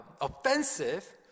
offensive